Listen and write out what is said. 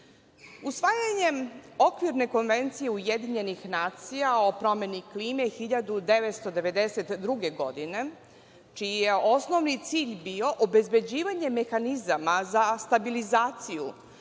resursa. Usvajanjem okvirne Konvencije UN o promeni klime 1992. godine, čiji je osnovni cilj bio obezbeđivanje mehanizama za stabilizaciju